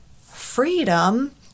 freedom